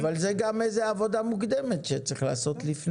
אבל זו גם עבודה מוקדמת שצריך לעשות אני חושב.